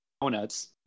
donuts